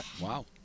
Wow